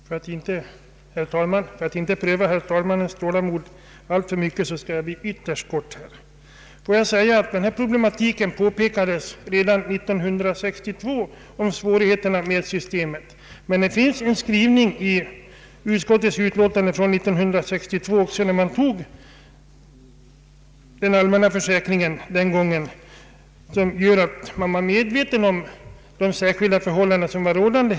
Herr talman! För att inte pröva herr talmannens tålamod alltför mycket skall jag fatta mig ytterst kort. Svårigheterna med systemet påpekades redan 1962. Men det finns en skrivning i utskottets utlåtande från 1962, då riksdagen antog den allmänna försäkringen, som tyder på att man var medveten om de särskilda förhållanden som var rådande.